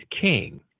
king